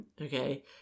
Okay